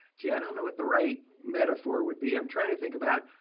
gee, i don't know what the right metaphor would be, i'm trying to think about,